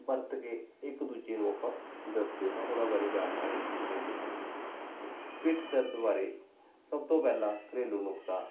ਵਰਤ ਕੇ ਇੱਕ ਦੂਜੇ ਨੂੰ ਆਪਾਂ ਦੱਸਦੇ ਹਾਂ ਉਹਨਾਂ ਬਾਰੇ ਜਾਣਕਾਰੀ ਦਿੰਦੇ ਹਾਂ ਪਿੱਠ ਦਰਦ ਬਾਰੇ ਸਭ ਤੋਂ ਪਹਿਲਾ ਘਰੇਲੂ ਨੁਕਤਾ